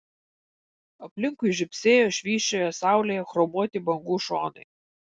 aplinkui žybsėjo švysčiojo saulėje chromuoti bangų šonai